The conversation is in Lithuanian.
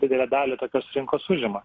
didelę dalį tokios rinkos užima